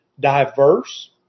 diverse